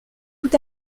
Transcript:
tout